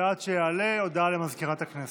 עד שיעלה, הודעה למזכירת הכנסת.